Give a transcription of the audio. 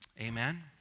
amen